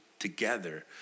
together